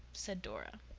said dora.